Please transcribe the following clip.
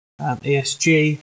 ESG